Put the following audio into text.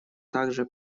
также